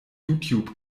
youtube